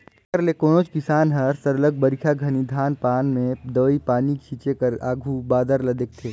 तेकर ले कोनोच किसान हर सरलग बरिखा घनी धान पान में दवई पानी छींचे कर आघु बादर ल देखथे